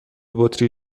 بطری